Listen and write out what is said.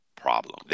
problem